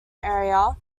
area